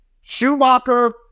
Schumacher